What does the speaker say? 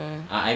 mm